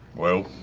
well.